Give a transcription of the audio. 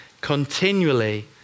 continually